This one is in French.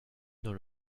dans